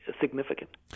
significant